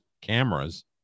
cameras